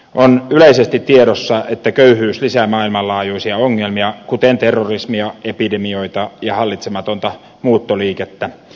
on yleisesti tiedossa että köyhyys lisää maailmanlaajuisia ongelmia kuten terrorismia epidemioita ja hallitsematonta muuttoliikettä